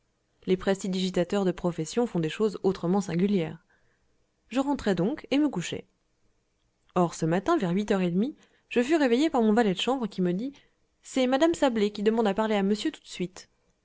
les prestidigitateurs de profession font des choses autrement singulières je rentrai donc et je me couchai or ce matin vers huit heures et demie je fus réveillé par mon valet de chambre qui me dit c'est mme sablé qui demande à parler à monsieur tout de suite